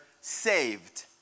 saved